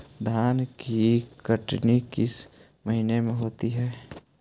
धान की कटनी किस महीने में होती है?